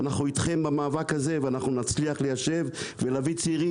אנחנו אתכם במאבק הזה ואנחנו נצליח ליישב ולהביא צעירים,